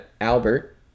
Albert